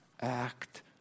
act